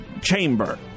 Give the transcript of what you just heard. chamber